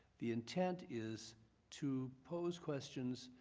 the intent is to pose questions,